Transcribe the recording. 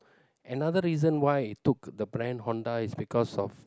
another reason why it took the brand Honda is because of